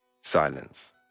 Silence